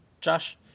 Josh